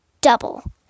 Double